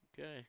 Okay